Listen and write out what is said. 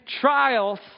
trials